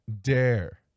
Dare